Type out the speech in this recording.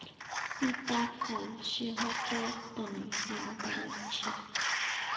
सीताफल सेहटर तने लाभदायक छे